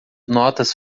notas